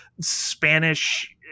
Spanish